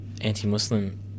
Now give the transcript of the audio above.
Anti-Muslim